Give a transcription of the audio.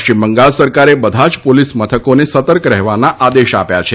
પશ્ચિમ બંગાળ સરકારે બધા જ પોલીસ મથકોને સતર્ક રહેવાનો આદેશ આપ્યો છે